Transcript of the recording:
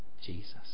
Jesus